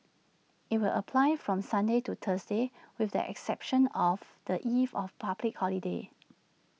IT will apply from Sunday to Thursday with the exception of the eve of public holidays